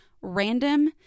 random